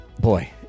Boy